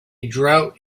drought